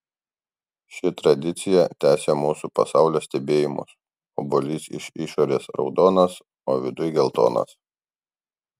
ši tradicija tęsia mūsų pasaulio stebėjimus obuolys iš išorės raudonas o viduj geltonas